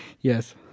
Yes